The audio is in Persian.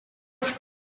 بخورم